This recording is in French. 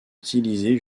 utilisés